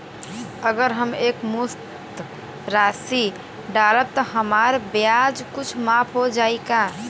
अगर हम एक मुस्त राशी डालब त हमार ब्याज कुछ माफ हो जायी का?